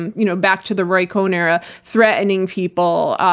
and you know back to the roy cohn era. threatening people,